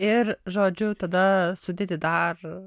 ir žodžiu tada sudedi dar